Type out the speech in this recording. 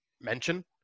mention